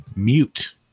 mute